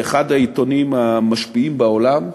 באחד מהעיתונים המשפיעים בעולם,